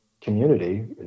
community